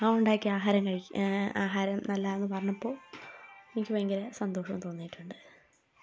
ആ ഉണ്ടാക്കിയ ആഹാരം കഴി ആഹാരം നല്ലതാണെന്ന് പറഞ്ഞപ്പോൾ എനിക്ക് ഭയങ്കര സന്തോഷവും തോന്നിയിട്ടുണ്ട്